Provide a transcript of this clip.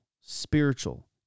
spiritual